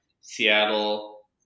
Seattle